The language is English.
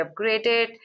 upgraded